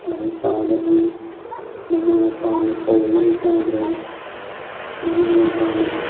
ꯂꯥꯏꯔꯤꯛ ꯄꯥꯕꯒꯤ ꯃꯃꯥ ꯃꯄꯥꯅ ꯀꯧꯒꯅꯤ ꯇꯥꯗ꯭ꯔꯦ ꯃꯃꯥ ꯃꯄꯥꯅ